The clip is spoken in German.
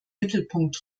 mittelpunkt